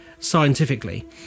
Scientifically